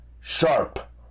Sharp